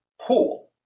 pool